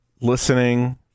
listening